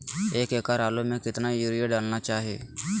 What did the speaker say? एक एकड़ आलु में कितना युरिया डालना चाहिए?